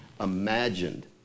imagined